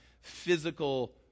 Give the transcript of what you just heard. physical